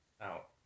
out